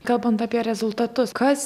kalbant apie rezultatus kas